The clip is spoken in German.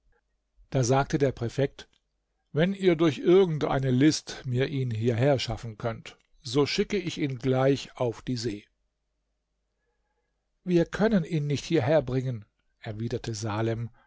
da sagte der präfekt wenn ihr durch irgend eine list mir ihn hierherschaffen könnt so schicke ich ihn gleich auf die see wir können ihn nicht hierherbringen erwiderte salem